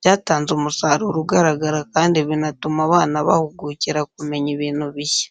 byatanze umusaruro ugaragara kandi binatuma abana bahugukira kumenya ibintu bishya.